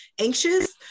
anxious